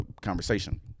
conversation